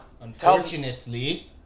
Unfortunately